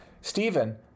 Stephen